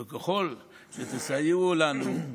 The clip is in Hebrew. וככל שתסייעו לנו,